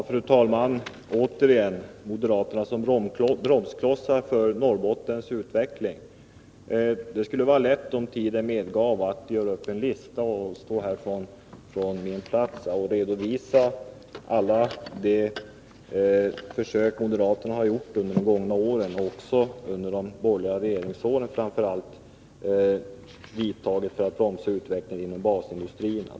Fru talman! Återigen till frågan om moderaterna som bromsklossar för Norrbottens utveckling. Det skulle vara lätt, om tiden medgav, att göra upp en lista och från min plats redovisa alla de försök moderaterna har gjort under de gångna åren — framför allt under de borgerliga regeringsåren — att bromsa utvecklingen inom basindustrierna.